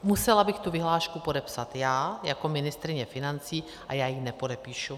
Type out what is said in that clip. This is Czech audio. Musela bych tu vyhlášku podepsat já jako ministryně financí a já ji nepodepíšu.